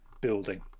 building